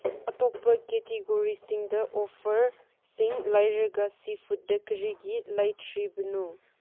ꯑꯇꯣꯞꯄ ꯀꯦꯇꯦꯒꯣꯔꯤꯁꯤꯡꯗ ꯑꯣꯐꯔꯁꯤꯡ ꯂꯩꯔꯒ ꯁꯤ ꯐꯨꯠꯗ ꯀꯔꯤꯒꯤ ꯂꯩꯇ꯭ꯔꯤꯕꯅꯣ